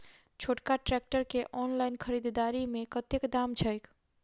छोटका ट्रैक्टर केँ ऑनलाइन खरीददारी मे कतेक दाम छैक?